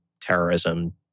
terrorism